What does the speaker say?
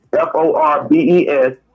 F-O-R-B-E-S